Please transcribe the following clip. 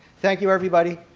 thank you everybody.